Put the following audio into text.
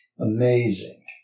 Amazing